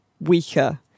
Weaker